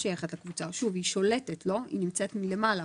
אני אבדוק.